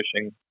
fishing